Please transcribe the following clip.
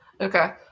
okay